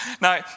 Now